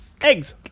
Eggs